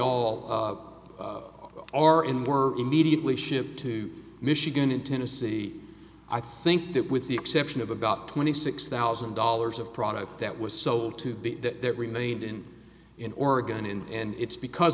all are and were immediately shipped to michigan in tennessee i think that with the exception of about twenty six thousand dollars of product that was sold to be that remained in in oregon and it's because